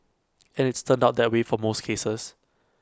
and it's turned out that way for most cases